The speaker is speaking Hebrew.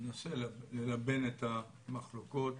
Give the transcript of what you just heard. ננסה ללבן את המחלוקות.